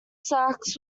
sax